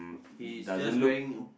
he is just wearing